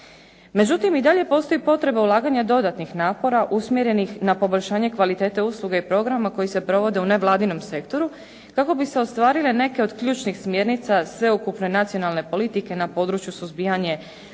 Međutim, i dalje postoji potreba ulaganja dodatnih napora usmjerenih na poboljšanje kvalitete usluge i programa koji se provode u nevladinom sektoru kako bi se ostvarile neke od ključnih smjernica sveukupne nacionalne politike na području suzbijanja